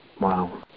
Wow